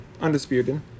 Undisputed